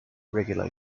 regular